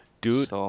Dude